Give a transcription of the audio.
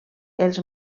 els